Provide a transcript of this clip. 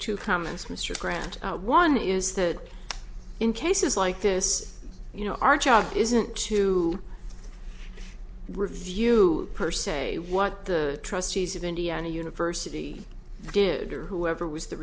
grant one is that in cases like this you know our job isn't to review per se what the trustees of indiana university did or whoever was the